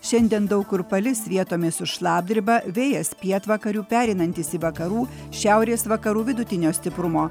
šiandien daug kur palis vietomis su šlapdriba vėjas pietvakarių pereinantis į vakarų šiaurės vakarų vidutinio stiprumo